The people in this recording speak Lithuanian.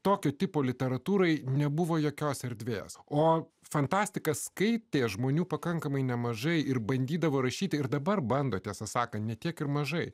tokio tipo literatūrai nebuvo jokios erdvės o fantastiką skaitė žmonių pakankamai nemažai ir bandydavo rašyti ir dabar bando tiesą sakant ne tiek ir mažai